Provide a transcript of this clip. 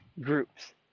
groups